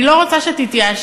אני לא רוצה שתתייאשי,